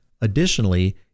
additionally